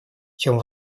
чем